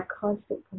constant